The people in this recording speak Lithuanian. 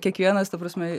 kiekvienas ta prasme